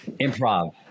Improv